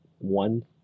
one